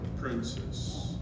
princess